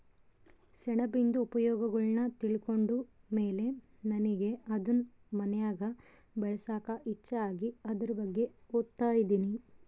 ಸೆಣಬಿಂದು ಉಪಯೋಗಗುಳ್ನ ತಿಳ್ಕಂಡ್ ಮೇಲೆ ನನಿಗೆ ಅದುನ್ ಮನ್ಯಾಗ್ ಬೆಳ್ಸಾಕ ಇಚ್ಚೆ ಆಗಿ ಅದುರ್ ಬಗ್ಗೆ ಓದ್ತದಿನಿ